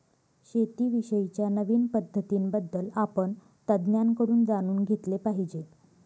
शेती विषयी च्या नवीन पद्धतीं बद्दल आपण तज्ञांकडून जाणून घेतले पाहिजे